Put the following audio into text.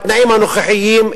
בתנאים הנוכחיים,